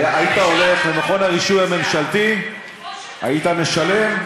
היית הולך למכון הרישוי הממשלתי, היית משלם,